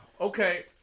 Okay